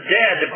dead